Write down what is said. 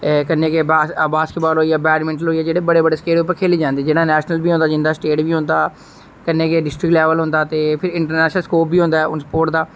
ते कन्नै गै अस बास्किटबाल होई गेआ बेडमिंनटन होई गेआ जेहडे़ बड्डे स्केल उप्पर खेले जंदे जियां नेशनल बी होंदा स्टेट बी होंदा कन्नै गै डिस्ट्रिक्ट लेबल बी होंदा ते फिर इंटरनेशनल स्पोर्ट बी होंदा ऐ हून स्पोर्ट